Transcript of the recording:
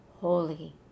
holy